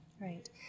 right